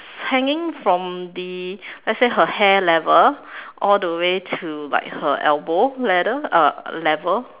hanging from the let's say her hair level all the way to her like elbow level uh level